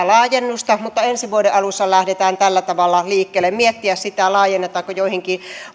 laajennusta mutta ensi vuoden alussa lähdetään tällä tavalla liikkeelle miettiä sitä laajennetaanko joihinkin